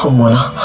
so mona,